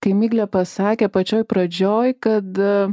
kai miglė pasakė pačioj pradžioj kad